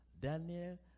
Daniel